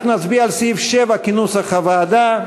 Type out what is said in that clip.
אנחנו נצביע על סעיף 7 כנוסח הוועדה,